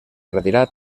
retirat